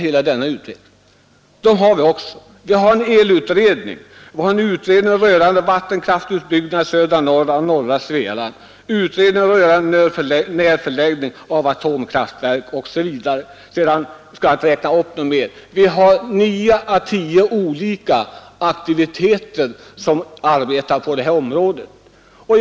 Vi har också elutred ningen, utredningen rörande vattenkraftutbyggnader i södra Norrland och norra Svealand samt utredningen rörande närförläggning av atomkraftverk. Det är nio eller tio olika aktiviteter i gång på området — jag skall som sagt inte räkna upp alla.